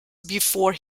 before